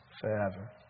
forever